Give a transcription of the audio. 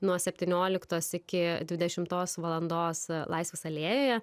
nuo septynioliktos iki dvidešimtos valandos laisvės alėjoje